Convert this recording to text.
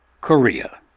Korea